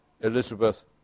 Elizabeth